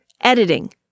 editing